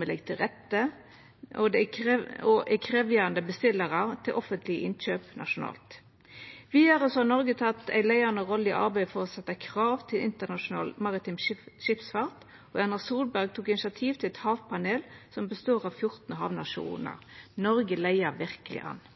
Me legg til rette og er krevjande bestillarar til offentlege innkjøp nasjonalt. Vidare har Noreg teke ei leiande rolle i arbeidet med å setja krav til internasjonal maritim skipsfart. Erna Solberg tok initiativ til eit havpanel som består av 14 havnasjonar. Noreg leier verkeleg an.